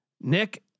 Nick